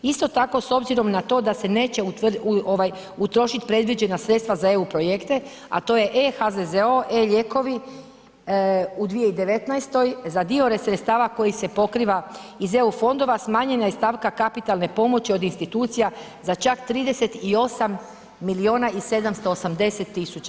Isto tako, s obzirom na to da se neće utrošit predviđena sredstva za EU projekte, a to je e-HZZO, e-lijekovi u 2019., za dio sredstava koji se pokriva iz EU fondova, smanjena je stavka kapitalne pomoći od institucija za čak 38 milijuna i 780 000.